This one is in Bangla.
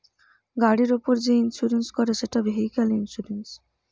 গাড়ির উপর যে ইন্সুরেন্স করে সেটা ভেহিক্যাল ইন্সুরেন্স